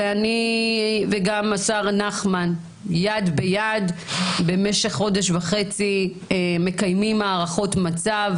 וגם השר נחמן שי יד ביד במשך חודש וחצי מקיימים הערכות מצב,